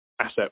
asset